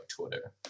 twitter